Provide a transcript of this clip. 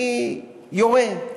אני יורה.